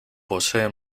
posee